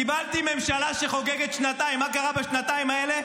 קיבלתי ממשלה שחוגגת שנתיים, מה קרה בשנתיים האלה?